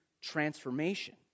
transformation